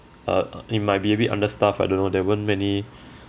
uh it might be a bit understaffed I don't know there weren't many